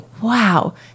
wow